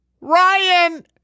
Ryan